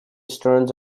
stearns